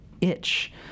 itch